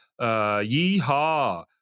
Yeehaw